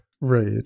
Right